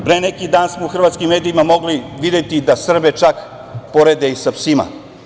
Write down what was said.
Pre neki dan smo u hrvatskim medijima mogli videti da Srbe čak porede i sa psima.